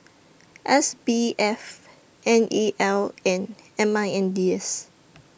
S B F N E L and M I N D S